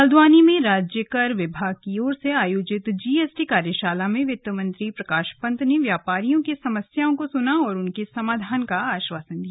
हल्द्वानी में राज्य कर विभाग की ओर से आयोजित जीएसटी कार्यशाला में वित्त मंत्री प्रकाश पंत ने व्यापारियों की समस्याओं को सुना और उनके समाधान का आश्वासन दिया